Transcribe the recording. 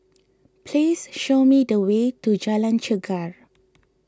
please show me the way to Jalan Chegar